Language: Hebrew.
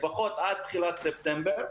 לפחות עד תחילת ספטמבר,